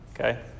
okay